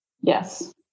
Yes